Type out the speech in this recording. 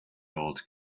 old